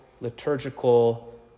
liturgical